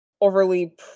overly